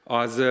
az